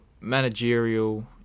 managerial